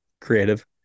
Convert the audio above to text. Creative